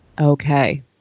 Okay